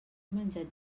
menjat